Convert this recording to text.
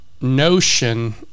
notion